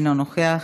אינו נוכח,